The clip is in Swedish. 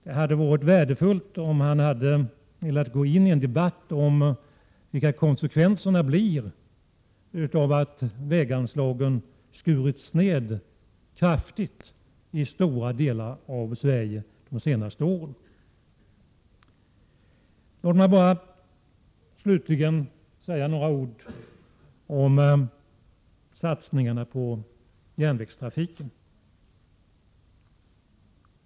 Det hade varit värdefullt om han hade velat gå in i en debatt om vilka konsekvenserna blir av att väganslagen skurits ned kraftigt i stora delar av Sverige de senaste åren. Låt mig slutligen bara säga några ord om satsningarna på järnvägstrafiken.